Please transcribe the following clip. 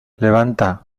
levanta